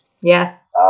Yes